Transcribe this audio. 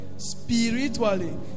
spiritually